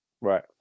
Right